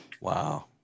Wow